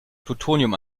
plutonium